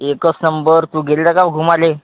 एकच नंबर तू गेला होता का घुमायला